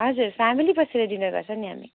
हजुर फ्यामिली बसेर डिनर गर्छ नि हामी